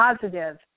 positive